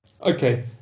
Okay